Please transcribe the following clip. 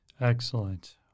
Excellent